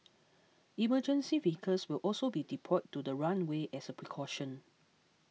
emergency vehicles will also be deployed to the runway as a precaution